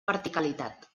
verticalitat